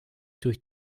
durch